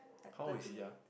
how old is he ah